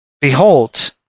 behold